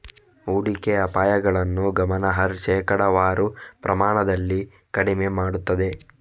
ಹೂಡಿಕೆ ಅಪಾಯಗಳನ್ನು ಗಮನಾರ್ಹ ಶೇಕಡಾವಾರು ಪ್ರಮಾಣದಲ್ಲಿ ಕಡಿಮೆ ಮಾಡುತ್ತದೆ